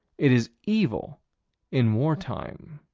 it is evil in wartime.